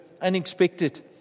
unexpected